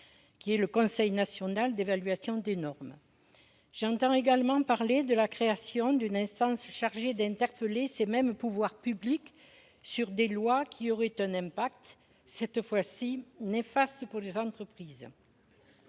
savoir le Conseil national d'évaluation des normes. J'entends également parler de la création d'une instance chargée d'interpeller ces mêmes pouvoirs publics sur les lois qui, cette fois, auraient un impact négatif sur les entreprises.